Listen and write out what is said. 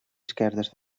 esquerdes